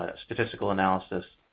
statistical analysis